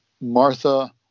Martha